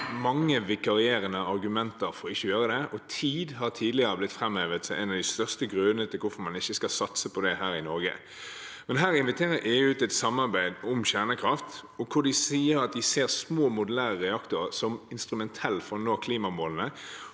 mange vikarierende argumenter for ikke å gjøre det. Tid har tidligere blitt framhevet som en av de største grunnene til hvorfor man ikke skal satse på det her i Norge. Men her inviterer EU til et samarbeid om kjernekraft hvor de sier at de ser små modulære reaktorer som instrumentelle for å nå klimamålene.